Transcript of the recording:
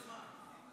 לא הפעלת לו את הזמן.